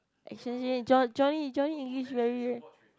actually John Johnny Johnny-English very